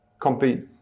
Compete